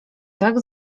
tak